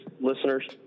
listeners